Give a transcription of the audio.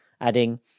adding